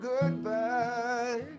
goodbye